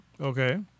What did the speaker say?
Okay